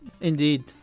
Indeed